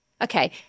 okay